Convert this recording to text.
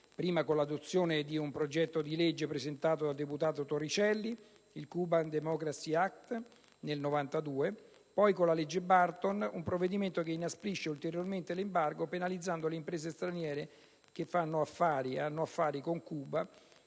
prima con l'adozione del progetto di legge presentato dal deputato Torricelli, il *Cuban Democracy Act* del 1992, poi con la legge Burton, un provvedimento che inasprisce ulteriormente l'embargo, penalizzando le imprese straniere che hanno affari con Cuba